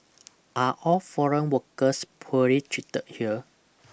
are all foreign workers poorly treated here